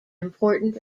important